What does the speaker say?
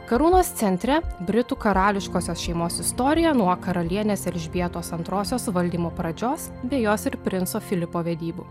karūnos centre britų karališkosios šeimos istorija nuo karalienės elžbietos antrosios valdymo pradžios bei jos ir princo filipo vedybų